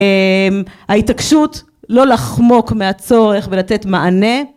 ההתעקשות לא לחמוק מהצורך ולתת מענה